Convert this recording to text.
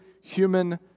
human